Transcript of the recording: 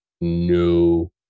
no